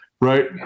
right